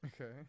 Okay